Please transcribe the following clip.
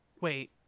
wait